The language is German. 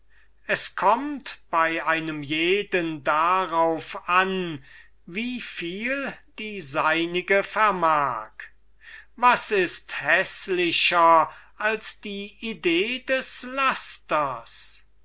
es kömmt bei einem jeden darauf an wie viel die seinige vermag was ist häßlicher als die idee des lasters